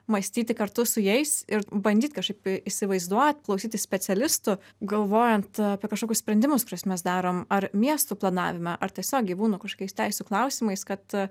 mąstyti kartu su jais ir bandyt kažkaip įsivaizduot klausyti specialistų galvojant apie kažkokius sprendimus kuriuos mes darom ar miestų planavime ar tiesiog gyvūnų kažkokiais teisių klausimais kad